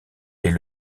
est